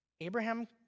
Abraham